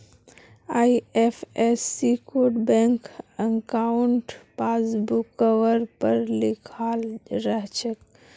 IFSC code bank अंकाउट पासबुकवर पर लिखाल रह छेक